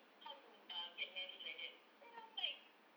how to uh get married like that then I'm like